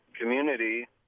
community